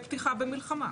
בפתיחה במלחמה.